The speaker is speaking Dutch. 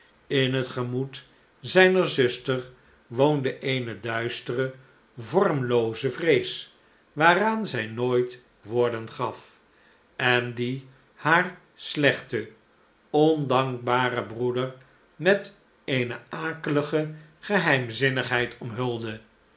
in het gemoed zijner zuster woonde eene duistere vormlooze vrees waaraan zij nooit woorden gaf en die haar slechten ondankbaren broeder met eene akelige geheimzinnigheid omhulde